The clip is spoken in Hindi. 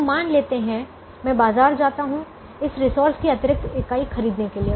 हम मान लेते हैं मैं बाजार जाता हूं इस रिसोर्स की अतिरिक्त इकाई खरीदने के लिए